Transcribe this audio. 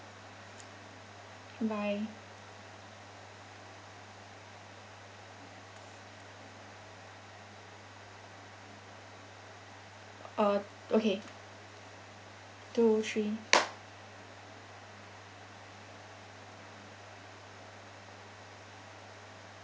bye uh okay two three